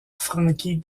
frankie